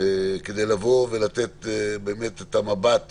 כדי לתת את המבט